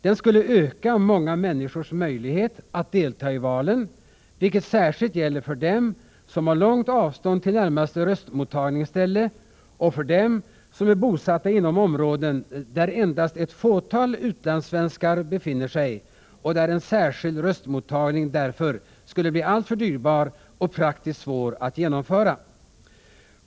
Den skulle öka många människors möjlighet att delta i valen, vilket särskilt gäller för dem som har långt avstånd till närmaste röstmottagningsställe och för dem som är bosatta inom områden där endast ett fåtal utlandssvenskar befinner sig, där en särskild röstmottagning därför skulle bli alltför dyrbar och praktiskt svår att genomföra.